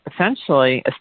essentially